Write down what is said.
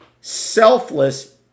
selfless